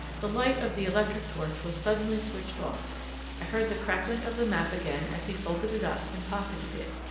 the light of the electric torch was suddenly switched off i heard the crackling of the map again as he folded it up and pocketed it.